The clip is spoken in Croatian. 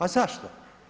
A zašto?